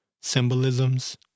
symbolisms